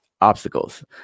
obstacles